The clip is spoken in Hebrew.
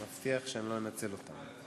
אני מבטיח שאני לא אנצל אותן.